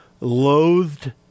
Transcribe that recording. loathed